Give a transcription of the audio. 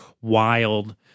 wild